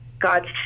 God